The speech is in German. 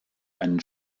einen